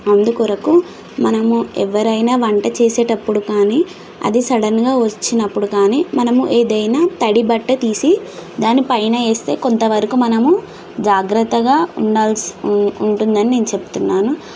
అందుకొరకు మనము ఎవరైనా వంట చేసేటప్పుడు కానీ అది సడన్గా వచ్చినప్పుడు కానీ మనము ఏదైనా తడి బట్ట తీసి దానిపైన వేస్తే కొంత వరకు మనము జాగ్రత్తగా ఉండాల్సి ఉం ఉంటుందని నేను చెప్తున్నాను